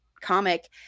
comic